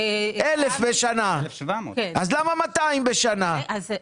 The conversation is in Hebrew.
1,000 בשנה, אז למה 200 בשנה?